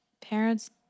parents